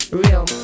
real